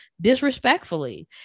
disrespectfully